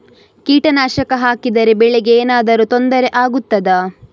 ಕೀಟನಾಶಕ ಹಾಕಿದರೆ ಬೆಳೆಗೆ ಏನಾದರೂ ತೊಂದರೆ ಆಗುತ್ತದಾ?